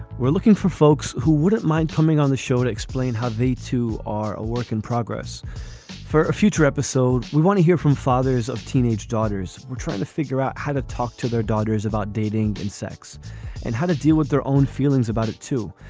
we're looking for folks who wouldn't mind coming on the show to explain how the two two are a work in progress for a future episode. we want to hear from fathers of teenage daughters. we're trying to figure out how to talk to their daughters about dating and sex and how to deal with their own feelings about it too.